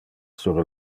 sur